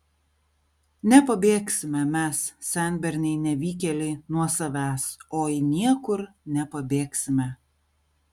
nepabėgsime mes senberniai nevykėliai nuo savęs oi niekur nepabėgsime